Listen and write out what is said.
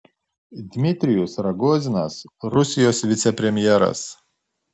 dmitrijus rogozinas rusijos vicepremjeras